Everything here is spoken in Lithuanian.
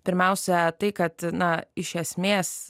pirmiausia tai kad na iš esmės